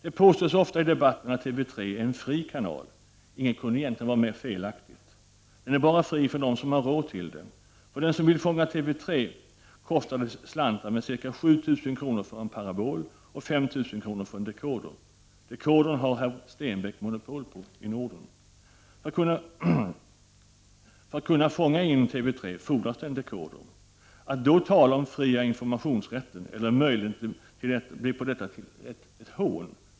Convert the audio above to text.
Det påstås ofta i debatten att TV 3 är en fri kanal. Inget kunde egentligen vara mer felaktigt. Den är bara fri för dem som har råd till det. För dem som vill fånga TV 3, kostar det slantar med ca 7 000 kr. för en parabol och 5 000 kr. för en dekoder. Dekodern har herr Stenbeck monopol på i Norden. För att kunna fånga in TV 3:s program fordras det en dekoder. Att då tala om den fria informationsrätten, eller informationsmöjligheten, blir på detta sätt till ett hån.